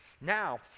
Now